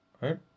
right